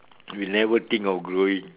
we never think of growing